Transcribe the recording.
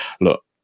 look